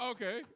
Okay